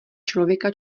člověka